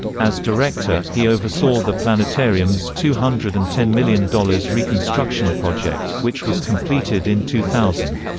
as director, he oversaw the planetarium's two hundred and ten million dollars reconstruction project, which was completed in two thousand.